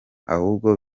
ahubwo